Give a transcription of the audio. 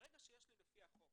ברגע שיש לי לפי החוק